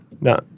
No